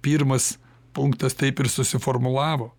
pirmas punktas taip ir susiformulavo